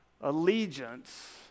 Allegiance